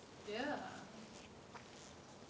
ya